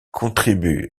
contribuent